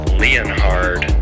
leonhard